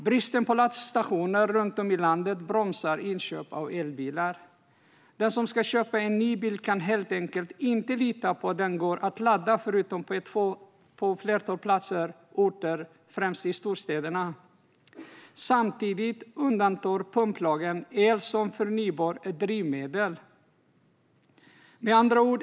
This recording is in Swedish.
Bristen på laddstationer runt om i landet bromsar dock inköpen av elbilar. Den som ska köpa en ny bil kan helt enkelt inte lita på att den går att ladda förutom på ett fåtal orter och platser, framför allt i storstadsområden. Dessutom undantar pumplagen el som förnybart drivmedel.